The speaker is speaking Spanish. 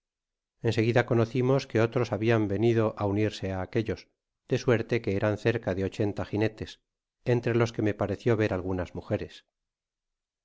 seguida conocimos que otros habian venido á unirse á aquellos de suerte que eran cerca de ochenta ginetes entre los queme parecio ver algunas mujeres